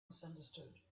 misunderstood